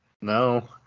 No